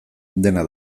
dena